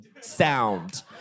sound